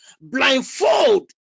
blindfold